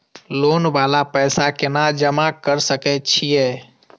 Loan वाला पैसा केना जमा कर सके छीये?